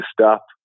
stop